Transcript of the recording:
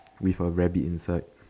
with a rabbit inside